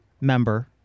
member